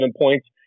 points